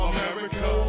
America